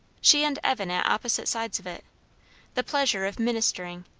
she and evan at opposite sides of it the pleasure of ministering,